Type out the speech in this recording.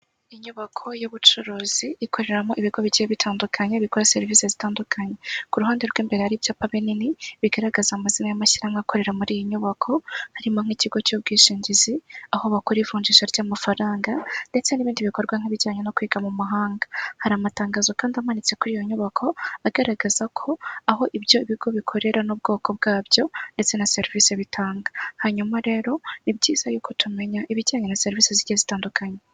Inyubako y'ubucuruzi ikoreramo ibigo bike bitandukanye bikora serivisi zitandukanye, ku ruhande rw'imbere hari ibyapa binini bigaragaza amazina y'amashyirahamwe akorera muri iyi nyubako harimo nk'ikigo cy'ubwishingizi aho bakora ivunjisha ry'amafaranga ndetse n'ibindi bikorwa nk'ibijyanye no kwiga mu mahanga. Hari amatangazo kandi amanitse kuri iyo nyubako agaragaza ko aho ibyo bigo bikorera n'ubwoko bwabyo ndetse na serivisi bitanga, hanyuma rero ni byiza ariko tumenya ibijyanye na serivisi zigiye zitandukanye.